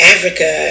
Africa